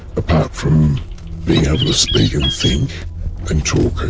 apart from being able to speak and think and talk her